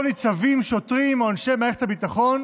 ניצבים שוטרים או אנשי מערכת הביטחון,